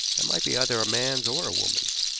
and might be either a man's or a woman's.